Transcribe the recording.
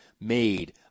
made